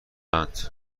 اند